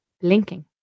blinking